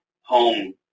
home